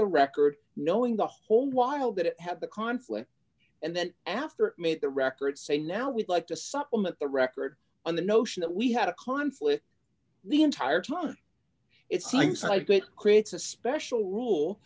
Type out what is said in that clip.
the record knowing the whole while that it had the conflict and then after it made the record say now we'd like to supplement the record on the notion that we had a conflict the entire time it's things like that creates a special rule